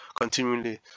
continually